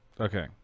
Okay